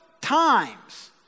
times